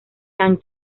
san